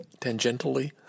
Tangentially